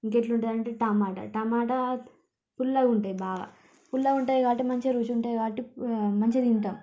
ఇంకెట్లుంటాదంటే tomato tomato పుల్లగుంటయి బాగా పుల్లగుంటయి కాబట్టి మంచిగా రుచుంటాయి కాబట్టి మంచిగా తింటాం